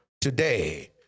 today